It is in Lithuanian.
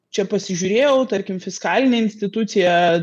čia pasižiūrėjau tarkim fiskalinė institucija